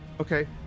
Okay